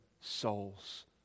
souls